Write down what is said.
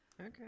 Okay